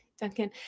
Duncan